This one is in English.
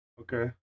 Okay